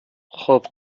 خوب